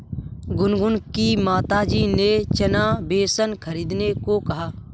गुनगुन की माताजी ने चना बेसन खरीदने को कहा